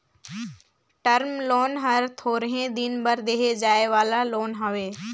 term loan हर थोरहें दिन बर देहे जाए वाला लोन हवे